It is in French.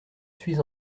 suis